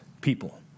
people